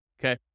Okay